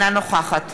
נגד